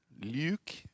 Luke